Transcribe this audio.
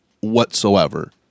whatsoever